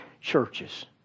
churches